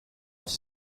els